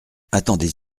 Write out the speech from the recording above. attendez